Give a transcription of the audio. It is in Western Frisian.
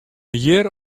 hjir